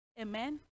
Amen